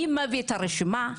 מי מביא את הרשימה?